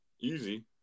Easy